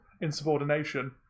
insubordination